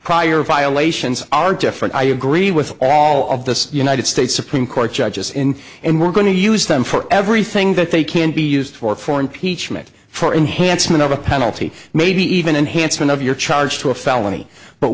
prior violations are different i agree with all of the united states supreme court judges in and we're going to use them for everything that they can be used for foreign peach make for enhancement of a penalty maybe even enhancement of your charge to a felony but